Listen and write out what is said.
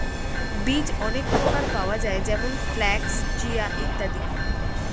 বীজ অনেক প্রকারের পাওয়া যায় যেমন ফ্ল্যাক্স, চিয়া ইত্যাদি